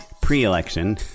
pre-election